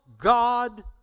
God